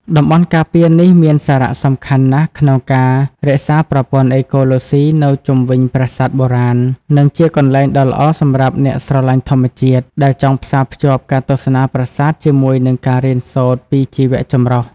តំបន់ការពារនេះមានសារៈសំខាន់ណាស់ក្នុងការរក្សាប្រព័ន្ធអេកូឡូស៊ីនៅជុំវិញប្រាសាទបុរាណ និងជាកន្លែងដ៏ល្អសម្រាប់អ្នកស្រឡាញ់ធម្មជាតិដែលចង់ផ្សារភ្ជាប់ការទស្សនាប្រាសាទជាមួយនឹងការរៀនសូត្រពីជីវៈចម្រុះ។